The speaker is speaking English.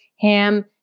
ham